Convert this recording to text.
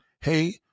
hey